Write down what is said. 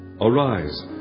Arise